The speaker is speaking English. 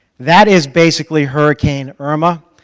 that is basically hurricane irma,